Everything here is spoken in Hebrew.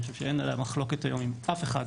חושב שאין עליה מחלוקת היום עם אף אחד,